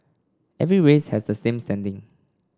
every race has the same standing